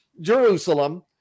Jerusalem